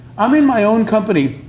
i'm in my own company,